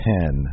Ten